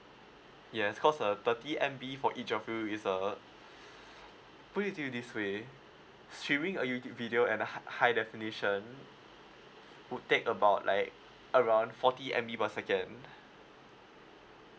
yes because uh thirty M_B for each of you is uh put it to you this way streaming a youtube video at a high high definition would take about like around forty M_B per second